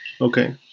Okay